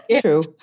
true